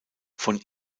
von